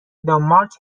دانمارک